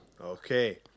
Okay